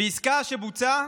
ועסקה שבוצעה,